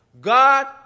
God